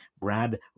Brad